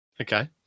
Okay